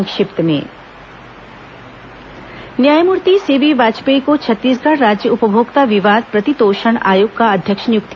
संक्षिप्त समाचार न्यायमूर्ति सीबी बाजपेयी को छत्तीसगढ़ राज्य उपभोक्ता विवाद प्रतितोषण आयोग का अध्यक्ष नियुक्त